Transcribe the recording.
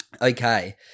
Okay